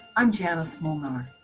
i'm janice molnar,